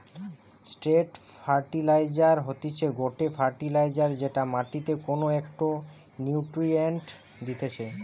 straight fertiliser হতিছে গটে fertiliser যেটা মাটিকে কোনো একটো নিউট্রিয়েন্ট দিতেছে